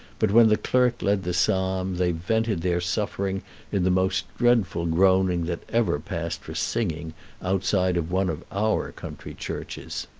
but when the clerk led the psalm they vented their suffering in the most dreadful groaning that ever passed for singing outside of one of our country churches.